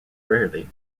rarely